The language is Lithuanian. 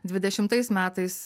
dvidešimtais metais